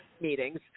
meetings